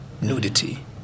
nudity